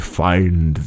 find